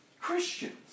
Christians